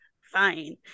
fine